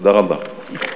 תודה רבה.